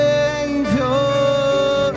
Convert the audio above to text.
Savior